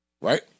right